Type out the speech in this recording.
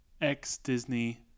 Ex-Disney